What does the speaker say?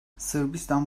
sırbistan